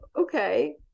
okay